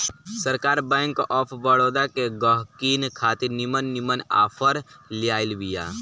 सरकार bank of Baroda के गहकिन खातिर निमन निमन आफर लियाइल बिया